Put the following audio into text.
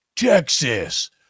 Texas